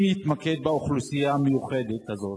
אם יתמקד באוכלוסייה המיוחדת הזאת,